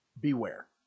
Beware